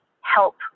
help